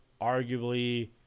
arguably